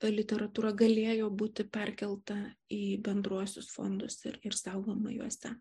literatūra galėjo būti perkelta į bendruosius fondus ir saugoma juose